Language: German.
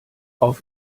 auf